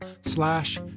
slash